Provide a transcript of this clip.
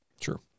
Sure